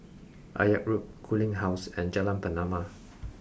Akyab Road Cooling Close and Jalan Pernama